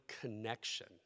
connection